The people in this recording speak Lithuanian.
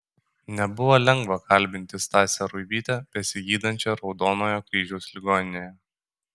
nebuvo lengva kalbinti stasę ruibytę besigydančią raudonojo kryžiaus ligoninėje